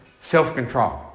self-control